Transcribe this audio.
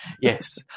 Yes